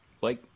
Blake